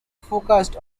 focused